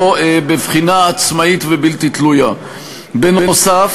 אולי לפחות תהיי אתי בנימוקים,